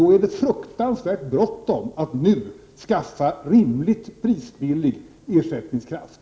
Då är det fruktansvärt bråttom när det gäller att skaffa rimlig och billig ersättningskraft.